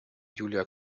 julia